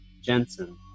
Jensen